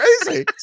crazy